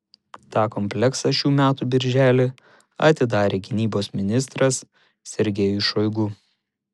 tą kompleksą šių metų birželį atidarė gynybos ministras sergejus šoigu